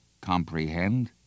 comprehend